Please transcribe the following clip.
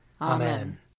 Amen